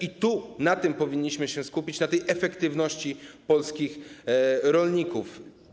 I na tym powinniśmy się skupić, na tej efektywności polskich rolników.